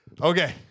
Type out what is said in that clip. Okay